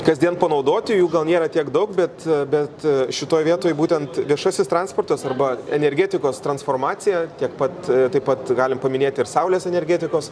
kasdien panaudoti jų gal nėra tiek daug bet bet šitoj vietoj būtent viešasis transportas arba energetikos transformacija tiek pat taip pat galim paminėti ir saulės energetikos